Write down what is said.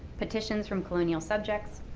petitions from colonial subjects,